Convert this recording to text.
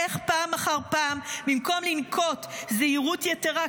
איך פעם אחר פעם במקום לנקוט זהירות יתרה,